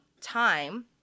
time